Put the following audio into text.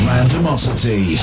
Randomosity